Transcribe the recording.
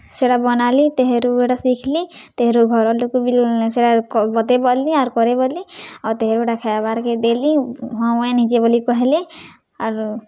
ସେଟା ବନାଲି ତେହରୁ ହେଟା ଶିଖ୍ଲି ତେହରୁ ଘରର୍ ଲୋକ୍କୁ ବି ସେଟା ବତେଇ ପାର୍ଲି ଆର୍ କରେଇ ପାର୍ଲି ଆଉ ତେହରୁ ଗୋଟେ ଖାଇବାର୍କେ ଦେଲି ହଁ ମୁଇଁ ନିଜେ ବୋଲି କହିଲି ଆରୁ